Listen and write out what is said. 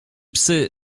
psy